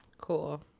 Cool